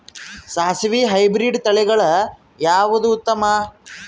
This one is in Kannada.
ಸಾಸಿವಿ ಹೈಬ್ರಿಡ್ ತಳಿಗಳ ಯಾವದು ಉತ್ತಮ?